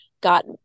Got